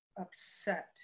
upset